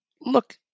Look